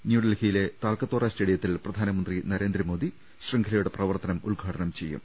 ന്യൂഡൽഹിയിലെ താൽക്കത്തോറ സ്റ്റേഡിയത്തിൽ പ്രധാനമന്ത്രി നരേന്ദ്ര മോദി ശൃംഖലയുടെ പ്രവർത്തനം ഉദ്ഘാടനം ചെയ്യും